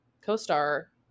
co-star